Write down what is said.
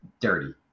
Dirty